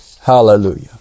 Hallelujah